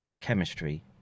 chemistry